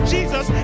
Jesus